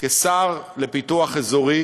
כשר לפיתוח אזורי,